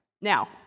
Now